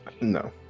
no